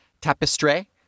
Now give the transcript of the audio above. tapestry